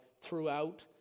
throughout